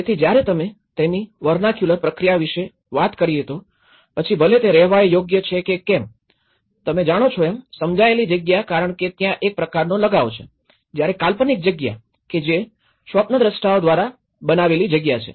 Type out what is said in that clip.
તેથી જયારે તમે તેની વેર્નાકયુલર પ્રક્રિયા વિષે વાત કરીયે તો પછી ભલે તે રહેવા યોગ્ય છે કે કેમ તમે જાણો છો એમ સમજાયેલી જગ્યા કારણ કે ત્યાં એક પ્રકારનો લગાવ છે જયારે કાલ્પનિક જગ્યા કે જે સ્વપ્નદ્રષ્ટાઓ દ્વારા બનાવેલી જગ્યા છે